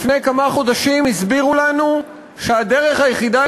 לפני כמה חודשים הסבירו לנו שהדרך היחידה